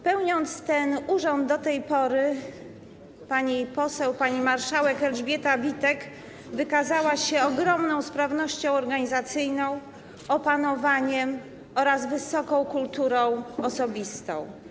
Pełniąc ten urząd do tej pory, pani poseł, pani marszałek Elżbieta Witek wykazała się ogromną sprawnością organizacyjną, opanowaniem oraz wysoką kulturą osobistą.